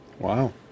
Wow